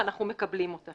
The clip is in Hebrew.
ואנחנו מקבלים אותה.